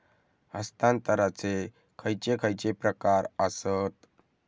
हस्तांतराचे खयचे खयचे प्रकार आसत?